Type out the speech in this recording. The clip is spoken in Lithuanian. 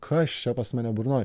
kas čia pas mane burnoj